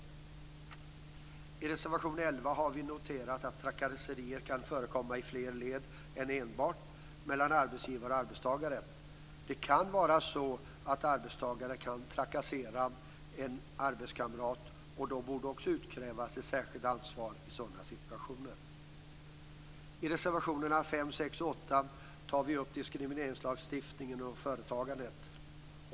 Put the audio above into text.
I reservation 11 har vi noterat att trakasserier kan förekomma i fler led än enbart mellan arbetsgivare och arbetstagare. Det kan vara så att arbetstagare trakasserar en arbetskamrat. Det borde också utkrävas ett särskilt ansvar i sådana situationer. I reservationerna 5, 6 och 8 tar vi upp diskrimineringslagstiftningen och företagandet.